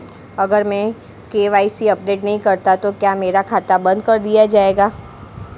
अगर मैं KYC update नहीं करता तो क्या मेरा खाता बंद कर दिया जाएगा?